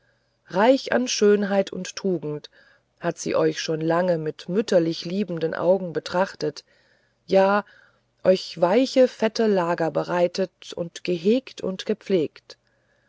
reich an schönheit und tugend hat sie euch schon lange mit mütterlich liebenden augen betrachtet ja euch weiche fette lager bereitet und gehegt und gepflegt